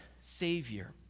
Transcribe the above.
Savior